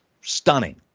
stunning